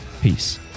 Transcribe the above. Peace